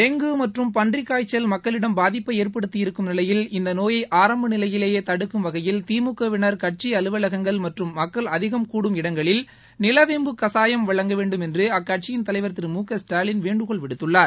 dengue மற்றும் பன்றிக் காய்ச்சல் மக்களிடம் பாதிப்பை ஏற்படுத்தி இருக்கும் நிலையில் இந்த நோயை ஆரம்ப நிலையிலேயே தடுக்கும் வகையில் திமுக விளர் கட்சி அலுவலகங்கள் மற்றும் மக்கள் அதிகம் கூடும் இடங்களில் நிலவேம்பு கசாயம் வழங்க வேண்டுமென்று அக்கட்சியின் தலைவர் திரு மு க ஸ்டாலின் வேண்டுகோள் விடுத்துள்ளார்